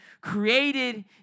created